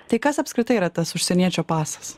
tai kas apskritai yra tas užsieniečio pasas